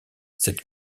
cette